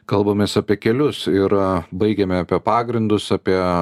kalbamės apie kelius ir baigėme apie pagrindus apie